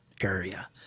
area